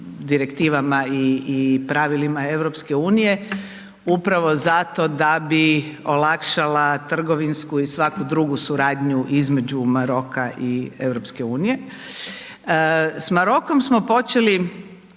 direktivama i pravilima EU, upravo zato da bi olakšala trgovinsku i svaku drugu suradnju između Maroka i EU. S Marokom smo počeli